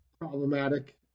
problematic